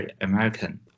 American